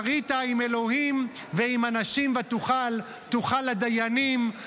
שרית עם אלהים ועם אנשים ותוכל" תוכל לדיינים,